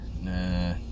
Nah